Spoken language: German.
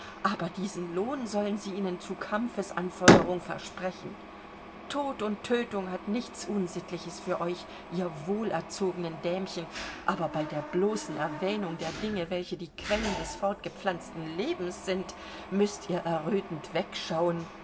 aber diesen lohn sollen sie ihnen zur kampfesanfeuerung versprechen tod und tötung hat nichts unsittliches für euch ihr wohlerzogenen dämchen aber bei der bloßen erwähnung der dinge welche die quellen des fortgepflanzten lebens sind müßt ihr errötend wegschauen